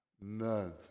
None